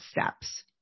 steps